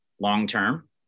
long-term